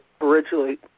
originally